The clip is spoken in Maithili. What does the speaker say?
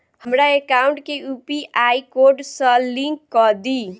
हमरा एकाउंट केँ यु.पी.आई कोड सअ लिंक कऽ दिऽ?